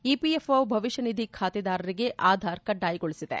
EPFO ಭವಿಷ್ಣನಿಧಿ ಖಾತೆದಾರರಿಗೆ ಆಧಾರ್ ಕಡ್ಡಾಯಗೊಳಿಸಿದೆ